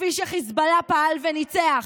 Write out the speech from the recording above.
כפי שחיזבאללה פעל וניצח.